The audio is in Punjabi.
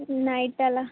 ਨਾਇਟ ਵਾਲਾ